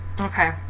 Okay